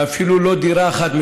ואפילו לא דירה אחת,